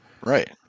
Right